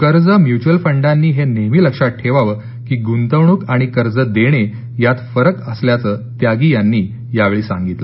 कर्ज म्युच्युअल फंडांनी हे नेहमी लक्षात ठेवावं की गुंतवणूक आणि कर्ज देणे यात फरक असल्याचं त्यागी यांनी यावेळी सांगितलं